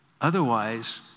Otherwise